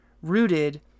rooted